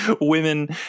Women